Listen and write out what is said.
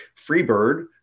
Freebird